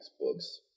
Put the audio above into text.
books